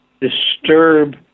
disturb